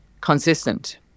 consistent